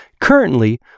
Currently